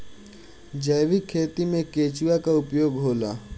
जैविक खेती मे केचुआ का उपयोग होला?